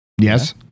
Yes